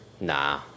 Nah